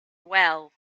well